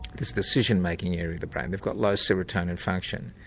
this decision making area of the brain, they've got low serotonin function.